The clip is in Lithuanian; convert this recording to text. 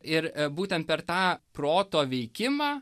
ir būtent per tą proto veikimą